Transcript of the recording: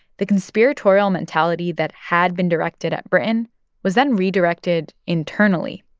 the conspiratorial mentality that had been directed at britain was then redirected internally.